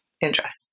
interests